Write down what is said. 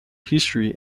history